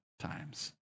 times